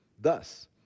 Thus